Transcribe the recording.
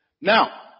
Now